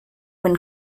when